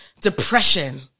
Depression